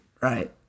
Right